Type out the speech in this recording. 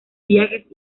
viajes